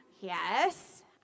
yes